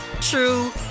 true